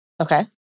Okay